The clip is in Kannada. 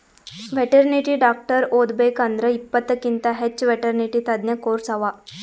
ವೆಟೆರ್ನಿಟಿ ಡಾಕ್ಟರ್ ಓದಬೇಕ್ ಅಂದ್ರ ಇಪ್ಪತ್ತಕ್ಕಿಂತ್ ಹೆಚ್ಚ್ ವೆಟೆರ್ನಿಟಿ ತಜ್ಞ ಕೋರ್ಸ್ ಅವಾ